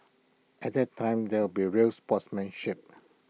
at that time there be real sportsmanship